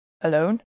Alone